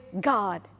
God